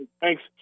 Thanks